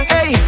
Hey